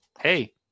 hey